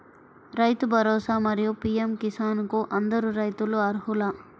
రైతు భరోసా, మరియు పీ.ఎం కిసాన్ కు అందరు రైతులు అర్హులా?